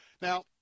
Now